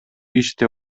иште